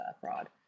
fraud